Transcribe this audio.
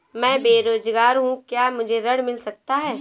मैं बेरोजगार हूँ क्या मुझे ऋण मिल सकता है?